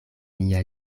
mia